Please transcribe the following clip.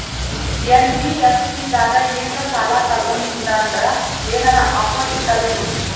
NBFC ದಾಗ ಏನ್ರ ಸಾಲ ತೊಗೊಂಡ್ನಂದರ ಏನರ ಆಫರ್ ಸಿಗ್ತಾವೇನ್ರಿ?